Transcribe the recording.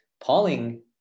Pauling